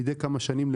מזה כמה שנים,